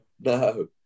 no